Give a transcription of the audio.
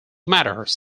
matters